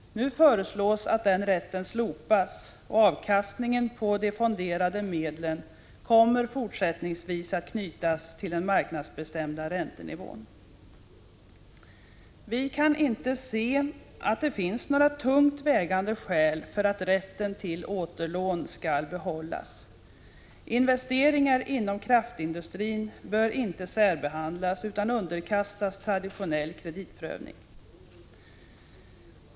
Nu föreslås att den rätten slopas, och avkastningen på de fonderade medlen kommer fortsättningsvis att knytas till den marknadsbestämda räntenivån. Vi kan inte se att det finns några tungt vägande skäl för att rätten till återlån skall behållas. Investeringar inom kraftindustrin bör inte särbehandlas utan underkastas traditionell kreditprövning.